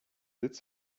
sitz